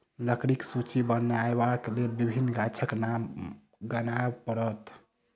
लकड़ीक सूची बनयबाक लेल विभिन्न गाछक नाम गनाब पड़त